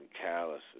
callous